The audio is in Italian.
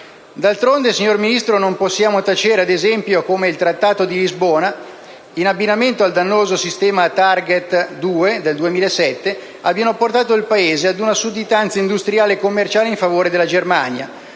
D'altronde, signor Ministro, non possiamo tacere ad esempio come il Trattato di Lisbona, in abbinamento al dannoso sistema Target 2 del 2007, abbiano portato il Paese ad una sudditanza industriale e commerciale in favore della Germania,